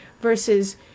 Versus